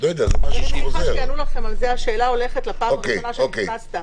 אני בטוחה שיענו לכם על זה השאלה הולכת לפעם הראשונה שנכנסת,